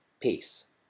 peace